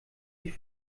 sie